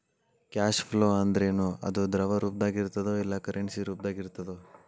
Cash flow ಅಂದ್ರೇನು? ಅದು ದ್ರವ ರೂಪ್ದಾಗಿರ್ತದೊ ಇಲ್ಲಾ ಕರೆನ್ಸಿ ರೂಪ್ದಾಗಿರ್ತದೊ?